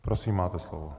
Prosím, máte slovo.